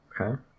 Okay